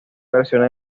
versiones